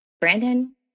Brandon